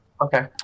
Okay